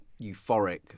euphoric